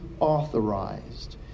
Authorized